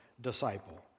disciple